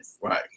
Right